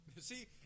See